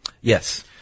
Yes